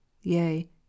yea